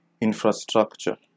infrastructure